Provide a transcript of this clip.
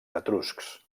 etruscs